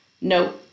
no